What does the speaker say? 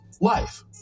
life